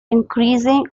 increasing